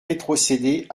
rétrocédés